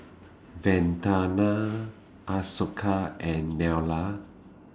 Vandana Ashoka and Neila